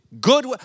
Good